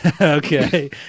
Okay